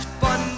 fun